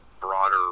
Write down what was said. broader